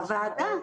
הוועדה.